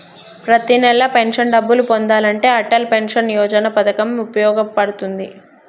ప్రతి నెలా పెన్షన్ డబ్బులు పొందాలంటే అటల్ పెన్షన్ యోజన పథకం వుపయోగ పడుతుంది